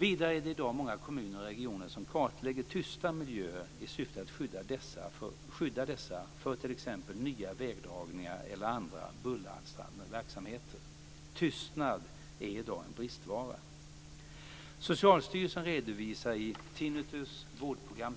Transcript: Vidare är det i dag många kommuner och regioner som kartlägger tysta miljöer i syfte att skydda dessa för t.ex. nya vägdragningar eller andra bulleralstrande verksamheter. Tystnad är i dag en bristvara.